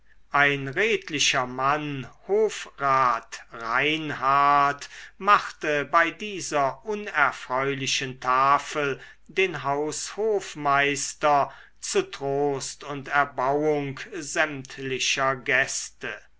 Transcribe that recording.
ein redlicher mann hofrat reinhard machte bei dieser unerfreulichen tafel den haushofmeister zu trost und erbauung sämtlicher gäste